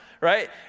right